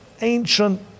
ancient